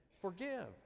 Forgive